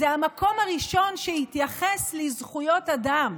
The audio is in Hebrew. זה המקום הראשון שהתייחס לזכויות אדם,